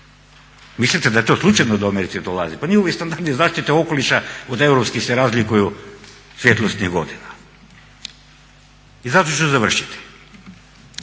Mislite da to slučajno u Americi dolazi? Pa njihovi standardi zaštite okoliša od europskih se razlikuju svjetlosnih godina. i zato ću završiti.